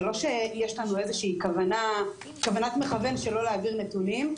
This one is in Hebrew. זה לא שיש לנו איזושהי כוונת מכוון שלא להעביר נתונים.